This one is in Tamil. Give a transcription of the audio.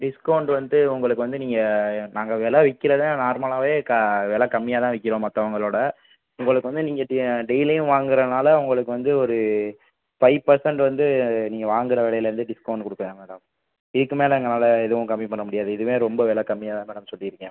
டிஸ்கௌண்ட் வந்து உங்களுக்கு வந்து நீங்கள் நாங்கள் வெலை விக்கிறதை நார்மலாகவே க வெலை கம்மியாக தான் விற்கிறோம் மற்றவங்களோட உங்களுக்கு வந்து நீங்கள் டெ டெய்லியும் வாங்குறதுனால உங்களுக்கு வந்து ஒரு ஃபைவ் பர்சன்ட் வந்து நீங்கள் வாங்குகிற விலையிலேருந்தே டிஸ்கௌண்ட் கொடுக்குறேன் மேடம் இதுக்கு மேலே எங்களால் எதுவும் கம்மி பண்ண முடியாது இதுவே ரொம்ப வெலை கம்மியாக தான் மேடம் சொல்லியிருக்கேன் உங்களுக்கு